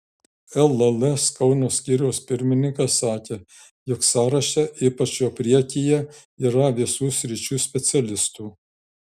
lls kauno skyriaus pirmininkas sakė jog sąraše ypač jo priekyje yra visų sričių specialistų